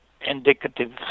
indicative